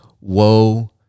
Woe